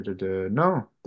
No